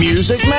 Music